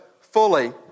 fully